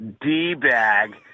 d-bag